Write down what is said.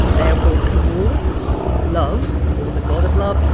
they are called amours, love or the god of love,